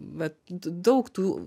vat daug tų